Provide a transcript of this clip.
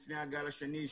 לפני הגל השני,